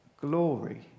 glory